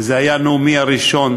וזה היה נאומי הראשון